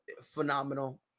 phenomenal